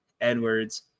Edwards